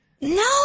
No